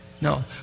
No